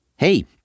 Hey